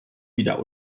wieder